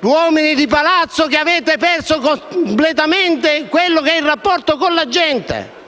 uomini di Palazzo ed avete perso completamente il rapporto con la gente.